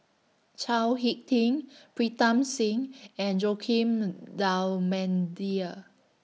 Chao Hick Tin Pritam Singh and Joaquim D'almeida